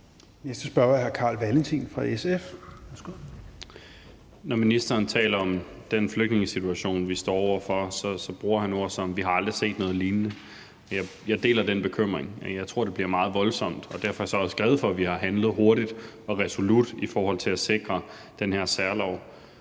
Værsgo. Kl. 16:11 Carl Valentin (SF): Når ministeren taler om den flygtningesituation, vi står over for, så bruger han ord som: Vi har aldrig set noget lignende. Jeg deler den bekymring, og jeg tror, det bliver meget voldsomt, og derfor er jeg så også glad for, at vi har handlet hurtigt og resolut i forhold til at sikre den her særlov.